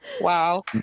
Wow